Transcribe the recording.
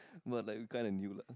but like we kinda knew lah